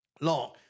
Long